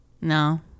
No